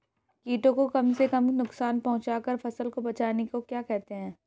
कीटों को कम से कम नुकसान पहुंचा कर फसल को बचाने को क्या कहते हैं?